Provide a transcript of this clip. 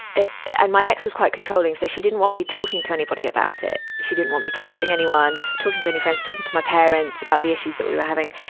it and my ex was quite controlling, so she didn't want me talking to anybody about it. she didn't want me texting anyone, talking to any friends, talking to my parents about the issues we were having.